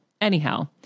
anyhow